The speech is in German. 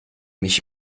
mich